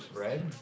Red